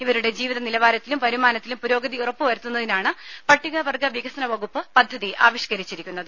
ഇവരുടെ ജീവിത നിലവാരത്തിലും വരുമാനത്തിലും പുരോഗതി ഉറപ്പുവരുത്തുന്നതിനാണ് പട്ടികവർഗ വികസന വകുപ്പ് പദ്ധതി ആവിഷ്കരിച്ചിരിക്കുന്നത്